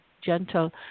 gentle